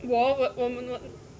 我 what what what